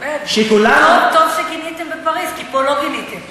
טוב שגיניתם בפריז, כי פה לא גיניתם.